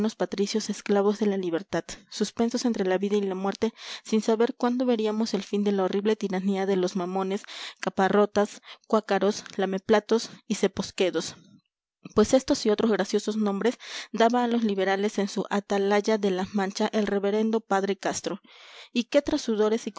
patricios esclavos de la libertad suspensos entre la vida y la muerte sin saber cuándo veríamos el fin de la horrible tiranía de los mamones caparrotas cuácaros lameplatos y ceposquedos pues estos y otros graciosos nombres daba a los liberales en su atalaya de la mancha el reverendo padre castro y qué trasudores y